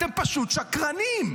אתם פשוט שקרנים.